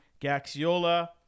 Gaxiola